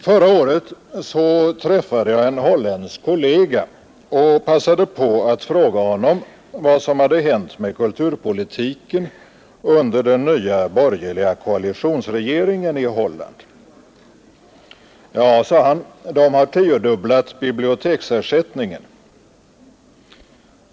Förra året träffade jag en holländsk kollega och passade på att fråga honom vad som hänt med kulturpolitiken under den nya borgerliga koalitionsregeringen i Holland. Ja, sade han, de har tiodubblat biblioteksersättningen.